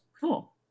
cool